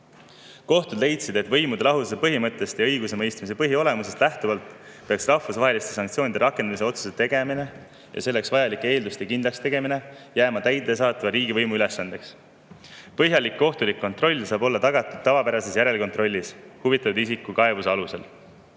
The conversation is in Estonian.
Kohtud leidsid, et võimude lahususe põhimõttest ja õigusemõistmise põhiolemusest lähtuvalt peaks rahvusvaheliste sanktsioonide rakendamise otsuse tegemine ja selleks vajalike eelduste kindlakstegemine jääma täidesaatva riigivõimu ülesandeks. Põhjalik kohtulik kontroll saab olla tagatud tavapärases järelkontrollis huvitatud isiku kaebuse alusel.